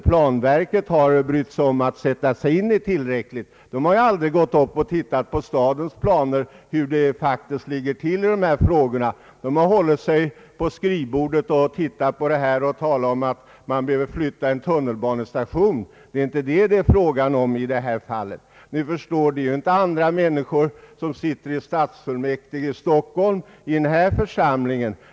Planverket har inte brytt sig om att sätta sig in i den tillräckligt och har aldrig tittat på stadens planer och undersökt hur det faktiskt ligger till i dessa frågor, utan hållit sig till skrivbordet och talat om att en tunnelbanestation behöver flyttas — det är inte detta det är fråga om i detta fall. Ni förstår att det inte sitter andra människor i stadsfullmäktige i Stockholm än i denna församling.